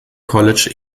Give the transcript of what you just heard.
college